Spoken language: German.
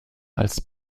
als